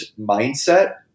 mindset